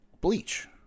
bleach